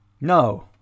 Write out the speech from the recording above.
no